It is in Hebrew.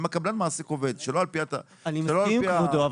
אם הקבלן מעסיק עובד שלא על פי --- אני מסכים עם כבודו,